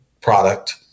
product